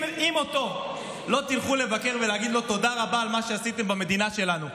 אם אותו לא תלכו לבקר ולהגיד לו: תודה רבה על מה שעשיתם במדינה שלנו,